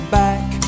back